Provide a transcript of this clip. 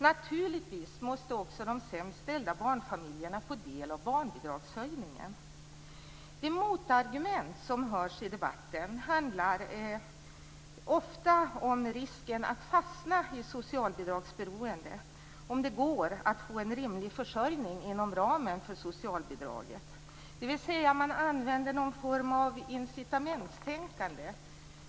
Naturligtvis måste också de sämst ställda barnfamiljerna få del av barnbidragshöjningen. Det motargument som hörs i debatten handlar ofta om risken att fastna i socialbidragsberoende om det går att få en rimlig försörjning inom ramen för socialbidraget. Man använder någon form av incitamentstänkande.